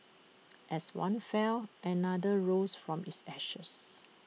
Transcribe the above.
as one fell another rose from its ashes